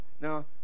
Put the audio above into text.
now